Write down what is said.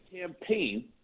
campaign